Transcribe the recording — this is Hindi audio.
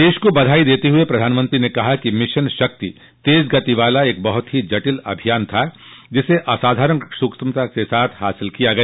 देश को बधाई देते हुए प्रधानमंत्री ने कहा कि मिशन शक्ति तेज गति वाला एक बहुत ही जटिल अभियान था जिसे असाधारण सूक्ष्मता के साथ हासिल किया गया